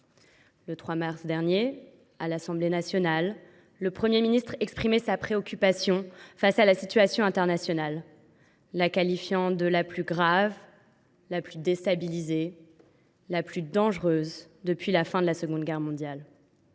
Le 3 mars dernier, devant l’Assemblée nationale, le Premier ministre exprimait sa préoccupation, face à une situation internationale qu’il décrivait comme « la plus grave, la plus déstabilisée et la plus dangereuse […] depuis la fin de la Seconde Guerre mondiale